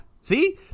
See